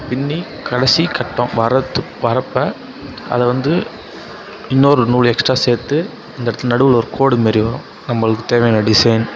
பின்னி கடைசி கட்டம் வர்றதுக்கு வர்றப்போ அதை வந்து இன்னொரு நூல் எக்ஸ்ட்டா சேர்த்து இந்த இடத்துல நடுவில் ஒரு கோடு மாரி வரும் நம்மளுக்கு தேவையான டிசைன்